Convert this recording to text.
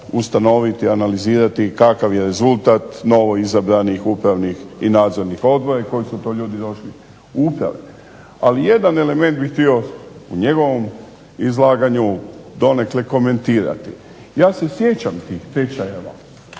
ustanoviti, analizirati kakav je rezultat novoizabranih upravnih i nadzornih odbora i koji su to ljudi došli u uprave. Ali jedan element bih htio u njegovom izlaganju donekle komentirati. Ja se sjećam tih tečajeva